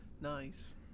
Nice